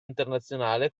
internazionale